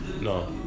No